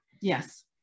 Yes